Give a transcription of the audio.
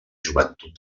joventut